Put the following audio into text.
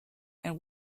and